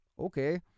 okay